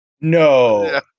No